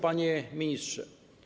Panie Ministrze!